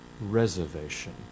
reservation